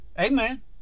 Amen